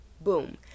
boom